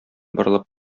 борылып